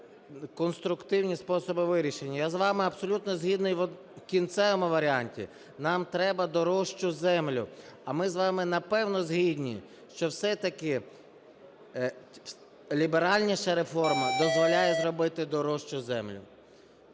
Я з вами абсолютно згідний в кінцевому варіанті: нам треба дорожчу землю, а ми з вами напевне згідні, що все-таки ліберальніша реформа дозволяє зробити дорожчу землю.